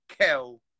Kel